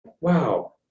Wow